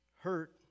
hurt